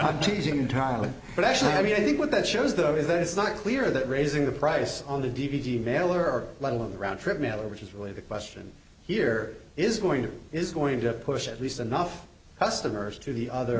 i'm teasing tyler but actually i mean i think what that shows though is that it's not clear that raising the price on the d v d mailer level of the round trip matter which is really the question here is going to is going to push at least enough customers to the other